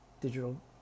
digital